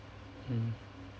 hmm